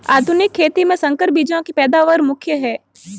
आधुनिक खेती में संकर बीजों की पैदावार मुख्य हैं